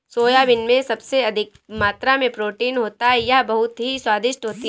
soybean में सबसे अधिक मात्रा में प्रोटीन होता है यह बहुत ही स्वादिष्ट होती हैं